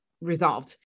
resolved